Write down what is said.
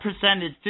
percentage